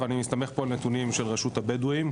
ואני מסתמך פה על נתונים של רשות הבדואים.